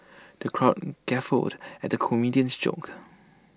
the crowd guffawed at the comedian's jokes